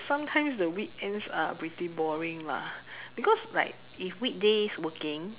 sometimes the weekends are pretty boring lah because like if weekdays working